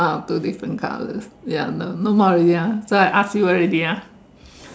ah two different colours ya no no more already ah so I asked you already ah